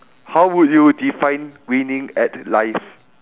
how would you define winning at life